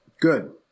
Good